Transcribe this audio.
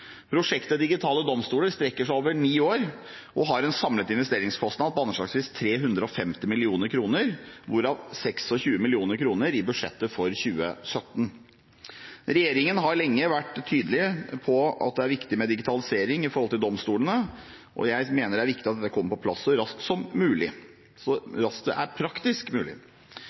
Prosjektet Digitale domstoler strekker seg over ni år og har en samlet investeringskostnad på anslagsvis 350 mill. kr, hvorav 26 mill. kr i budsjettet for 2017. Regjeringen har lenge vært tydelig på at det er viktig med digitalisering av domstolene, og jeg mener det er viktig at det kommer på plass så raskt det er praktisk mulig.